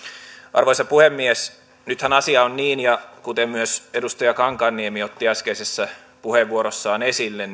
arvoisa puhemies nythän asia on niin kuten myös edustaja kankaanniemi otti äskeisessä puheenvuorossaan esille